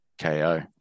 ko